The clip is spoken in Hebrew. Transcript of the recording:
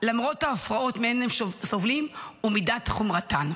למרות ההפרעות שמהן הם סובלים ומידת חומרתן.